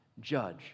judge